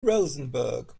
rosenberg